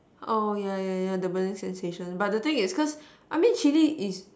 oh yeah yeah yeah the burning sensation but the thing is cause but I mean chilli is